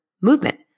movement